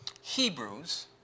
Hebrews